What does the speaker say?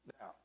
Now